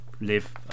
live